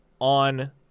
on